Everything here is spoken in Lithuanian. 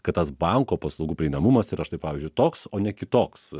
kad tas banko paslaugų prieinamumas yra štai pavyzdžiui toks o ne kitoks